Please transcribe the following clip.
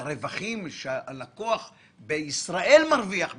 הרווחים שהלקוח בישראל מרוויח מכלל.